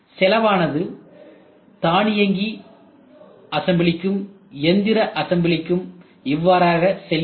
செலவானது தானியங்கி அசம்பிளிகும் எந்திர அசம்பிளிகும் இவ்வாறாக செல்கிறது